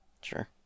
Sure